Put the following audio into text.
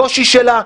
הקושי שלה.